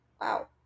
wow